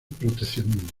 proteccionismo